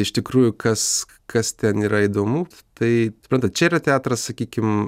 iš tikrųjų kas kas ten yra įdomu tai suprantat čia yra teatras sakykim